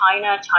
China